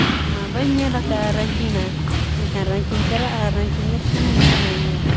ᱫᱤᱥᱚᱢ ᱢᱟ ᱵᱟᱹᱧ ᱧᱮᱞ ᱟᱠᱟᱜᱼᱟ ᱨᱟᱺᱪᱤ ᱢᱟ ᱢᱮᱱᱠᱷᱟᱱ ᱨᱟᱺᱪᱤᱧ ᱪᱟᱞᱟᱜᱼᱟ ᱨᱟᱺᱪᱤ ᱧᱮᱞ ᱥᱟᱱᱟᱹᱧ ᱠᱟᱱᱟ ᱤᱧ ᱫᱚ